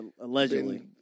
Allegedly